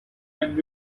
and